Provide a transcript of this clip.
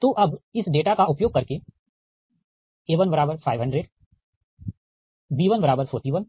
तो अब इस डेटा का उपयोग करके a1500 b141